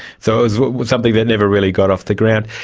so it was something that never really got off the ground.